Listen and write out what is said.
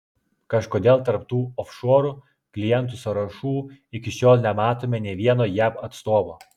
kažkodėl tarp tų ofšorų klientų sąrašų iki šiol nematome nė vieno jav atstovo